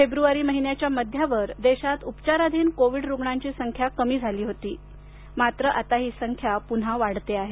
फेब्र्वारी महिन्याच्या मध्यावर देशात उपचाराधीन कोविड रुग्णांची संख्या कमी झाली होती मात्र आता ही संख्या पुन्हा वाढते आहे